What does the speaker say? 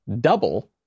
double